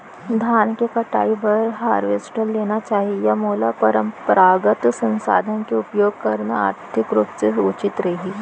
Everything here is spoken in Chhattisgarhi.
धान के कटाई बर हारवेस्टर लेना चाही या मोला परम्परागत संसाधन के उपयोग करना आर्थिक रूप से उचित रही?